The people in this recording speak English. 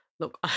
Look